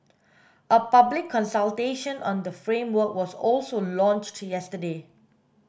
a public consultation on the framework was also launched yesterday